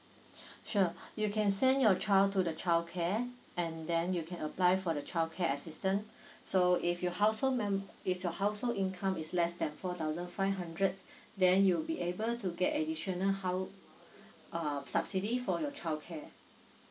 sure you can send your child to the childcare and then you can apply for the childcare assistant so if your household member if your household income is less than four thousand five hundred then you'll be able to get additional house uh subsidy for your child care